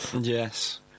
Yes